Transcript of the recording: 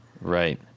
Right